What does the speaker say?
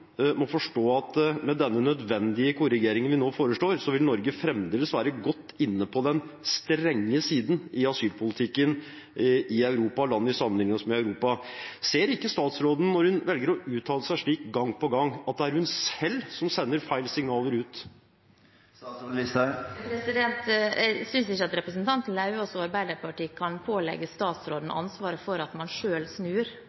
må forstå at med denne nødvendige korrigeringen som vi nå foreslår, vil Norge fremdeles være godt inne på den strenge siden i asylpolitikken blant land vi sammenligner oss med i Europa. Ser ikke statsråden når hun velger å uttale seg slik gang på gang, at det er hun selv som sender ut feil signaler? Jeg synes ikke at representanten Lauvås og Arbeiderpartiet kan pålegge statsråden ansvaret for at man selv snur